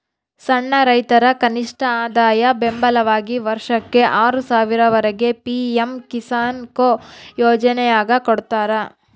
ಸಣ್ಣ ರೈತರ ಕನಿಷ್ಠಆದಾಯ ಬೆಂಬಲವಾಗಿ ವರ್ಷಕ್ಕೆ ಆರು ಸಾವಿರ ವರೆಗೆ ಪಿ ಎಂ ಕಿಸಾನ್ಕೊ ಯೋಜನ್ಯಾಗ ಕೊಡ್ತಾರ